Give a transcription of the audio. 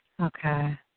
Okay